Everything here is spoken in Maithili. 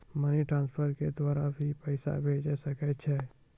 मनी ट्रांसफर के द्वारा भी पैसा भेजै सकै छौ?